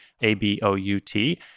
A-B-O-U-T